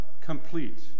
complete